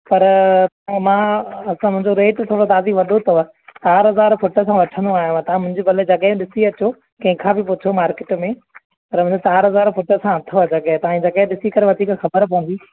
पर मां असां मुंहिंजो रेट थोरो भाभी वॾो अथव चारि हज़ार फुट सां वठंदो आहियां तव्हां मुंहिंजी पहिरें जॻहि ॾिसी अचो कंहिंखां बि पुछो मार्केट में पर चारि हज़ार फुट सां अथव जॻहि तव्हां जी जॻहि ॾिसी करे वधीक ख़बर पवंदी